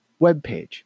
webpage